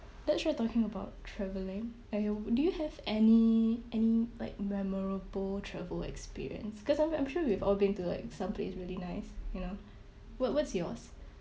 let's try talking about travelling are you do you have any any like memorable travel experience because I'm I'm sure we've all been to like some place really nice you know what what's yours